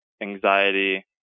anxiety